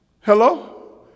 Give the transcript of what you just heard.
Hello